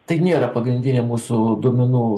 tai nėra pagrindinė mūsų duomenų